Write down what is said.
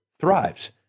thrives